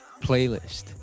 playlist